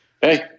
hey